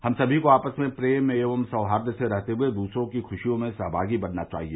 हम समी को आपस में प्रेम एवं सौहार्द से रहते हये दूसरों की खुशियों में सहभागी बनना चाहिए